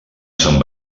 sant